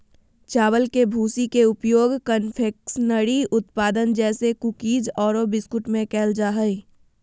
चावल के भूसी के उपयोग कन्फेक्शनरी उत्पाद जैसे कुकीज आरो बिस्कुट में कइल जा है